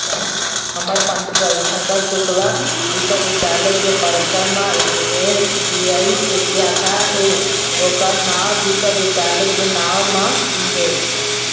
हमर पंडित रविशंकर शुक्ल बिस्वबिद्यालय के परिसर म एस.बी.आई के साखा हे ओखर नांव विश्वविद्यालय के नांव म ही है